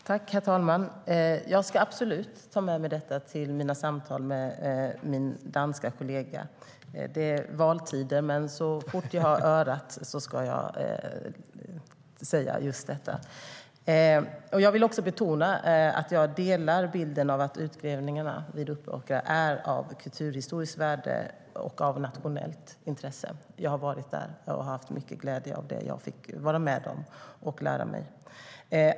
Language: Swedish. Herr talman! Jag ska absolut ta med mig detta till mina samtal med min danska kollega. Det är valtider där, men så fort jag får låna ett öra ska jag ta upp det. Jag vill betona att jag delar bilden att utgrävningarna vid Uppåkra är av kulturhistoriskt värde och nationellt intresse. Jag har varit där och haft mycket glädje av det jag fick vara med om och lära mig.